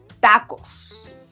tacos